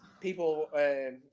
people